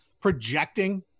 projecting